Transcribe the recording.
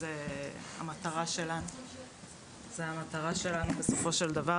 זו המטרה שלנו בסופו של דבר,